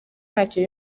ntacyo